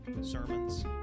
sermons